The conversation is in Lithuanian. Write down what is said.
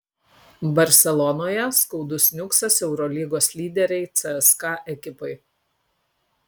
barselonoje skaudus niuksas eurolygos lyderei cska ekipai